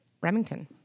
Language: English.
Remington